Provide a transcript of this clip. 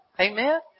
Amen